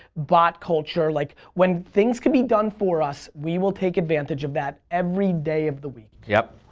bot culture like when things can be done for us, we will take advantage of that every day of the week. yep,